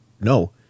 no